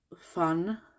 fun